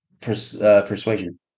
persuasion